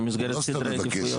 במסגרת סדרי עדיפויות שיש.